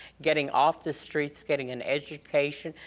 getting off the streets, getting an education,